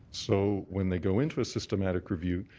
so, when they go into a systemic review,